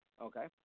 Okay